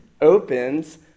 opens